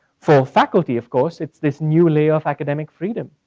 for faculty of course, it's this new layer of academic freedom.